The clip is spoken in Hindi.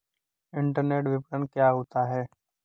इंटरनेट विपणन क्या होता है?